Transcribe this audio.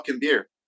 beer